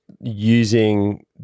using